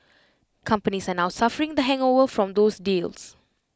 companies are now suffering the hangover from those deals